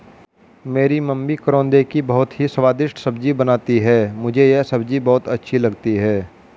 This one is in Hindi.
मेरी मम्मी करौंदे की बहुत ही स्वादिष्ट सब्जी बनाती हैं मुझे यह सब्जी बहुत अच्छी लगती है